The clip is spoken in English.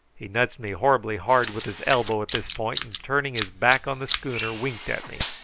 he nudged me horribly hard with his elbow at this point, and turning his back on the schooner winked at me,